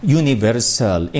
universal